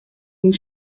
dyn